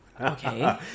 Okay